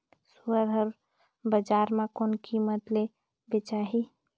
सुअर हर बजार मां कोन कीमत ले बेचाही?